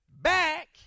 back